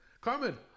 Carmen